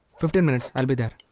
fifteen minutes i will be there.